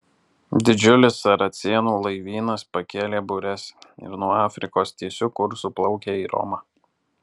didžiulis saracėnų laivynas pakėlė bures ir nuo afrikos tiesiu kursu plaukia į romą